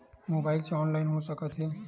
Mobile से online हो सकत हे?